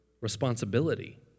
responsibility